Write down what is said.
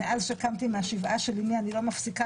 מאז שקמתי מהשבעה של אמי אני לא מפסיקה